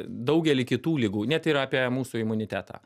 daugelį kitų ligų net ir apie mūsų imunitetą